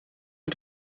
mit